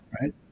right